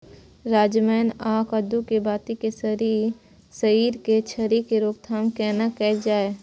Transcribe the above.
सजमैन आ कद्दू के बाती के सईर के झरि के रोकथाम केना कैल जाय?